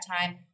time